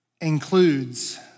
includes